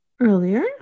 earlier